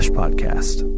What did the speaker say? podcast